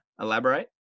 elaborate